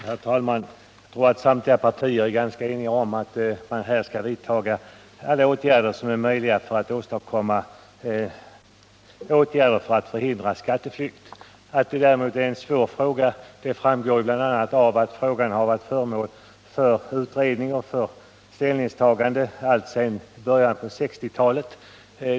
Herr talman! Jag tror att samtliga partier är ganska eniga om att man här bör vidta alla tänkbara åtgärder för att hindra skatteflykt. Att det är en svår fråga framgår bl.a. av att den varit föremål för utredning och ställningstaganden alltsedan början av 1960-talet.